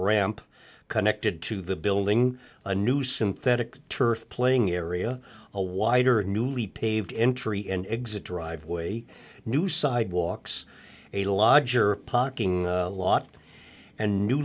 ramp connected to the building a new synthetic turf playing area a wider newly paved entry and exit driveway new sidewalks a lodger pocking lot and new